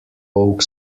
oak